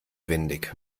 windig